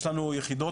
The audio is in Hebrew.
יש לנו יחידות,